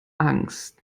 angst